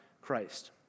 Christ